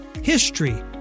HISTORY